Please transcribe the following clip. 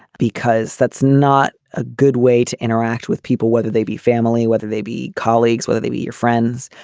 because that's not a good way to interact with people, whether they be family, whether they be colleagues, whether they be your friends.